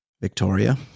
Victoria